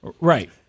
Right